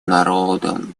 народом